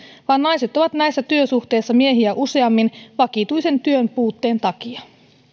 vaan naiset ovat näissä työsuhteissa miehiä useammin vakituisen työn puutteen takia